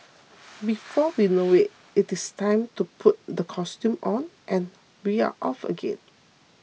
before we know it it is time to put the costume on and we are off again